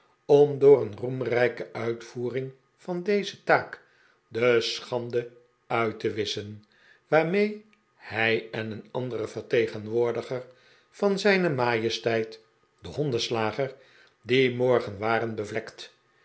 om door een roemrijke uitvoering van deze taak de schande uit te wisschen waarmee hij en een andere vertegenwoordiger van zijne majesteit de hondenslager dien morgen waren bevlekt